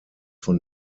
von